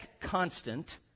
constant